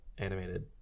animated